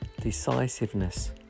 decisiveness